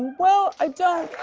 well, i don't.